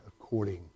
according